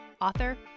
author